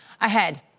Ahead